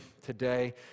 today